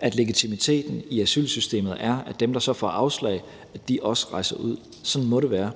at legitimiteten i asylsystemet er, at dem, der så får afslag, også rejser ud. Sådan må det være.